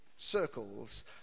circles